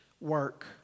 work